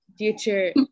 future